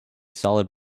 solid